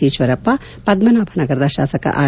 ಈಶ್ವರಪ್ಪ ಪದ್ದನಾಭನಗರದ ಶಾಸಕ ಆರ್